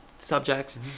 Subjects